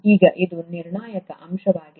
ಈಗ ಇದು ನಿರ್ಣಾಯಕ ಅಂಶವಾಗಿದೆ